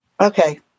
Okay